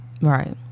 Right